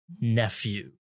nephew